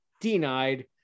denied